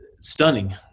Stunning